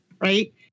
right